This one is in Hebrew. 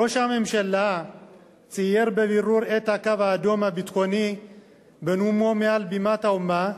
ראש הממשלה צייר בבירור את הקו האדום הביטחוני בנאומו מעל בימת האו"ם.